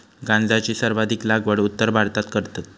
गांजाची सर्वाधिक लागवड उत्तर भारतात करतत